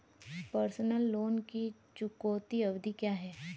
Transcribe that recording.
Personal loan की चुकौती अवधि क्या है?